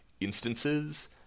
instances